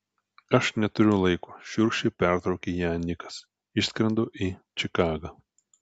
aš neturiu laiko šiurkščiai pertraukė ją nikas išskrendu į čikagą